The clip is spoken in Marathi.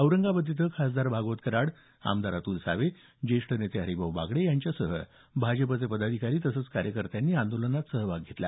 औरंगाबाद इथं खासदार भागवत कराड आमदार अतुल सावे ज्येष्ठ नेते हरिभाऊ बागडे यांच्यासह भाजपच्या पदाधिकारी तसंच कार्यकर्त्यांनी आंदोलनात सहभाग घेतला